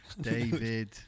David